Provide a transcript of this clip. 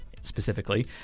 specifically